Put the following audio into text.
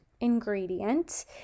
ingredient